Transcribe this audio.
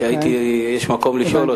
יש מקום לשאול אותן,